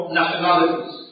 nationalities